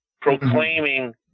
proclaiming